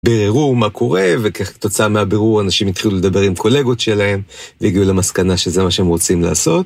ביררו מה קורה וכתוצאה מהבירור אנשים התחילו לדבר עם קולגות שלהם והגיעו למסקנה שזה מה שהם רוצים לעשות.